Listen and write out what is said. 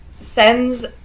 sends